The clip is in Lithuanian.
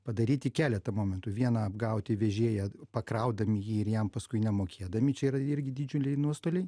padaryti keletą momentų viena apgauti vežėją pakraudami jį ir jam paskui nemokėdami čia yra irgi didžiuliai nuostoliai